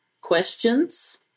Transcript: questions